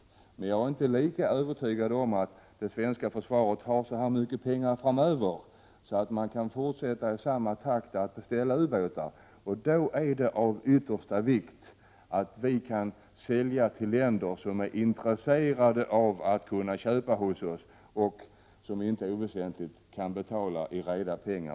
Jag är emellertid inte lika övertygad om att det svenska försvaret kommer att ha lika mycket pengar framöver, så att det kan fortsätta att beställa ubåtar i samma takt som hittills. Och då kommer det att vara av yttersta vikt att vi kan sälja till länder som är intresserade av att kunna köpa av oss och som, vilket inte är oväsentligt, kan betala i reda pengar.